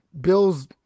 Bill's